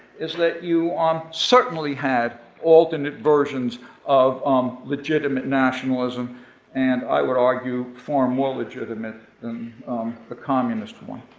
is that you ah um certainly had alternate versions of um legitimate nationalism and i would argue, far more legitimate than the communist one.